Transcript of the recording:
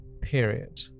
period